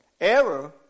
error